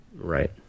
right